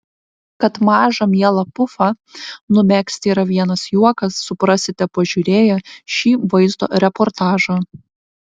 kad mažą mielą pufą numegzti yra vienas juokas suprasite pažiūrėję šį vaizdo reportažą